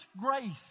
grace